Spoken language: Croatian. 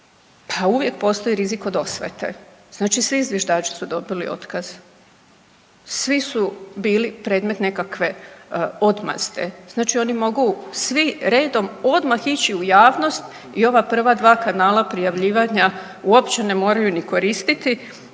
Pa uvijek postoji rizik od osvete, znači svi zviždači su dobili otkaz, svi su bili predmet nekakve odmazde. Znači oni mogu svi redom odmah ići u javnost i ova prva dva kanala prijavljivanja uopće ne moraju ni koristiti